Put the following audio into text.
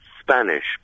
Spanish